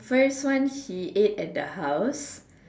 first one he ate at the house